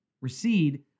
recede